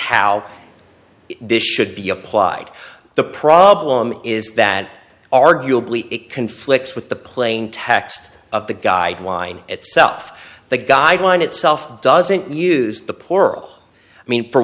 how this should be applied the problem is that arguably it conflicts with the plain text of the guideline itself the guideline itself doesn't use the poor girl i mean for